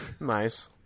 Nice